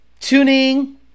tuning